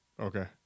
Okay